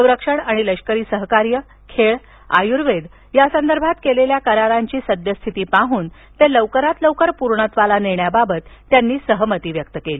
संरक्षण आणि लष्करी सहकार्य खेळ आयुर्वेद यासंदर्भात केलेल्या करारांची सद्यस्थिती पाहून ते लवकर पूर्णत्वाला नेण्याबाबत त्यांनी सहमती व्यक्त केली